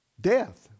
Death